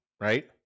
right